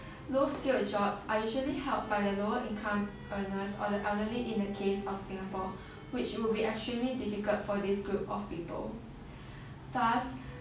low skilled jobs are usually held by the lower income earners or the elderly in the case of singapore which would be extremely difficult for this group of people thus